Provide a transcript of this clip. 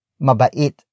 Mabait